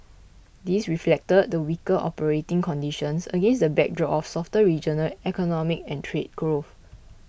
this reflected the weaker operating conditions against the backdrop of softer regional economic and trade growth